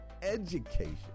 education